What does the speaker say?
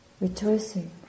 rejoicing